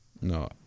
No